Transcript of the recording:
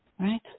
Right